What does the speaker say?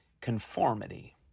conformity